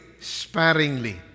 sparingly